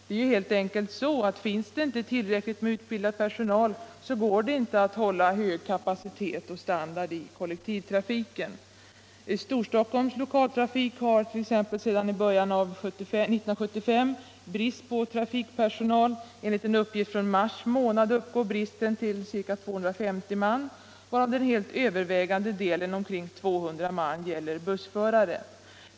Det är helt enkelt — Om ökad utbildning så att finns det inte tillräckligt med utbildad personal så går det inte = av bussförare att hålla hög kapacitet och standard i kollektivtrafiken. Storstockholms lokaltrafik har t.ex. sedan början av 1975 brist på trafikpersonal. Enligt en uppgift från mars månad uppgår bristen till ca 250 man, varav den helt övervägande delen, omkring 200 man, gäller bussförare.